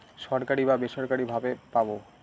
সরকারি বা বেসরকারি ভাবে পাবো